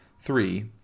three